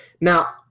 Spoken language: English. Now